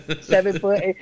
seven-foot